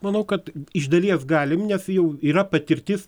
manau kad iš dalies galim nes jau yra patirtis